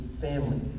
family